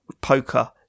poker